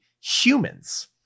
humans